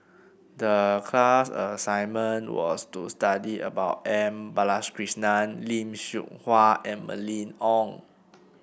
the class assignment was to study about M Balakrishnan Lim Seok Hui and Mylene Ong